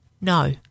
No